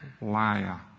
Liar